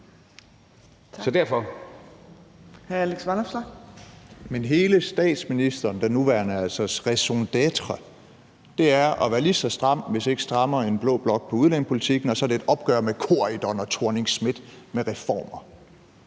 (LA): Men hele statsministerens – altså den nuværendes – raison d'etre er at være lige så stram, hvis ikke strammere end blå blok på udlændingepolitikken, og så er det et opgør med Bjarne Corydon og Helle Thorning-Schmidt, altså med reformer.